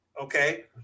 Okay